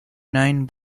nine